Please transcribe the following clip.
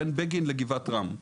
בין בגין לגבעת רם.